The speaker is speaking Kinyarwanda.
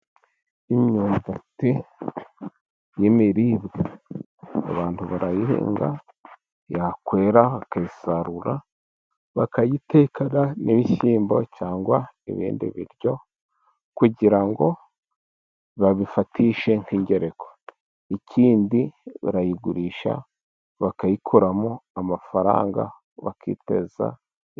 Imyumbati y'imiribwa abantu barayihinga yakwera, bakayisarura bakayitekana n'ibishyimbo ,cyangwa ibindi biryo kugira ngo babifatishe nk'ingereko, ikindi barayigurisha bakayikoramo amafaranga bakiteza.